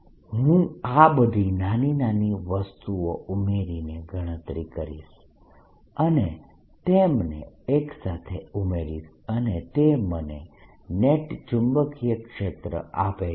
હું આ બધી નાની નાની વસ્તુઓ ઉમેરીને ગણતરી કરીશ અને તેમને એક સાથે ઉમેરીશ અને તે મને નેટ ચુંબકીય ક્ષેત્ર આપે છે